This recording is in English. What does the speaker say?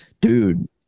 dude